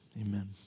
amen